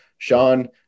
Sean